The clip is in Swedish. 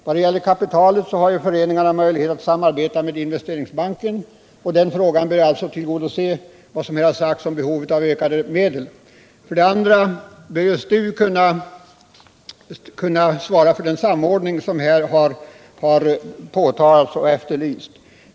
Vad gäller kapitalet har ju föreningarna möjlighet att samarbeta med Investeringsbanken, vad som här har sagts om behovet av ökade medel bör därför kunna tillgodoses. För det andra bör STU kunna svara för den samordning som här har efterlysts.